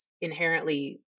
inherently